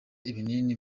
ibinini